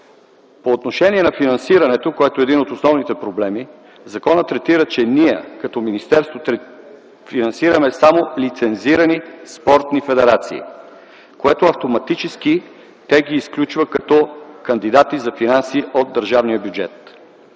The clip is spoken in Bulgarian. По отношение на финансирането, който е един от основните проблеми, законът третира, че ние, като министерство финансираме само лицензирани спортни федерации, което автоматически ги изключва като кандидати за финанси от държавния бюджет.